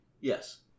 yes